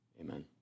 Amen